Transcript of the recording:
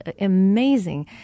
amazing